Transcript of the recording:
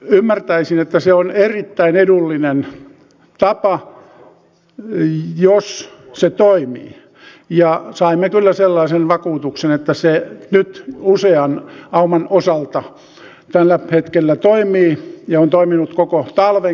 ymmärtäisin että se on erittäin edullinen tapa jos se toimii ja saimme kyllä sellaisen vakuutuksen että se nyt usean auman osalta tällä hetkellä toimii ja on toiminut koko talvenkin ajan